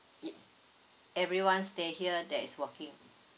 ye~ everyone stay here that is working